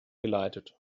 geleitet